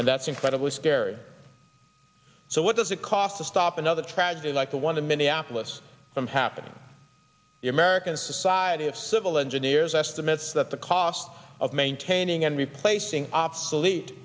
and that's incredibly scary so what does it cost to stop another tragedy like the one in minneapolis from happening the american society of civil engineers estimates that the cost of maintaining and replacing obsolete